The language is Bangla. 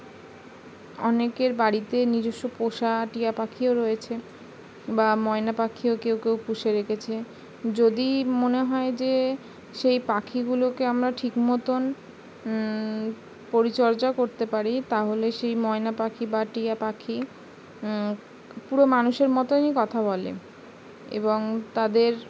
অনেকের বাড়িতে নিজস্ব পোষা টিয়া পাখিও রয়েছে বা ময়না পাখিও কেউ কেউ পুষে রেখেছে যদি মনে হয় যে সেই পাখিগুলোকে আমরা ঠিক মতন পরিচর্যা করতে পারি তাহলে সেই ময়না পাখি বা টিয়া পাখি পুরো মানুষের মতোনই কথা বলে এবং তাদের